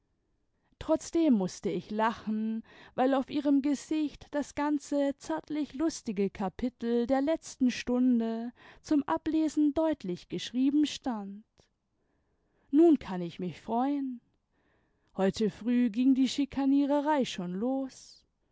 trotzdem mußte ich lachen weil auf ihrem gesicht das ganze zärtlich lustige kapitel der letzten stunde zum ablesen deutlich geschrieben stand nun kann ich mich freuen heute früh ging die schikaniererei schon los